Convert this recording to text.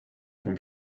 from